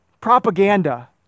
propaganda